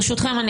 ברשותכם,